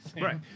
right